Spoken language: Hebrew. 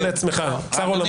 רק על עצמך, צר עולמך.